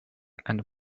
and